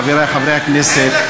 חברי חברי הכנסת,